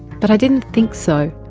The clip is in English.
but i didn't think so.